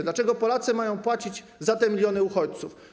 Dlaczego Polacy mają płacić za te miliony uchodźców?